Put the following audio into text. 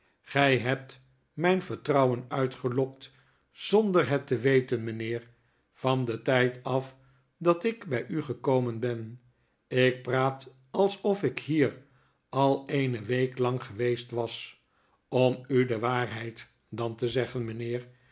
gy hebt myn vertrouwen uitgelokt zonder het te weten mynheer van den tyd af dat ik by u gekomen ben ik praat alsof ik hier al eene week lang geweest was om u de waarheid dan te zeggen mynheer